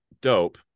dope